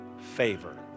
favor